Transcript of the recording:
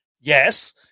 Yes